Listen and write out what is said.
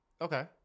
Okay